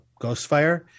Ghostfire